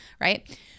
right